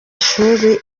ishuri